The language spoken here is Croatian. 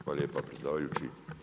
Hvala lijepa predsjedavajući.